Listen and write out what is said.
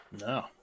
No